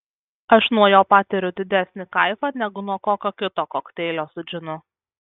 aš nuo jo patiriu didesnį kaifą negu nuo kokio kito kokteilio su džinu